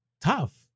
tough